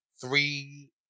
three